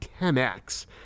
10x